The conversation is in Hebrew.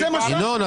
זה מה --- ינון,